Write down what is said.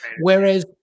Whereas